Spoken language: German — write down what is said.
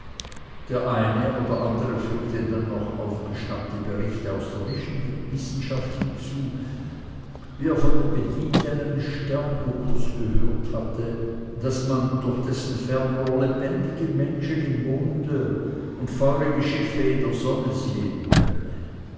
der eine oder andere fügte dann noch aufgeschnappte berichte aus der wissenschaft hinzu wie er von dem bedienten eines sternguckers gehört hatte daß man durch dessen fernrohr lebendige wesen im monde und feurige schiffe in der sonne sehen könne